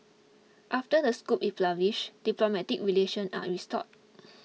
after the scoop is wish diplomatic relations are restored